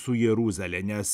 su jeruzale nes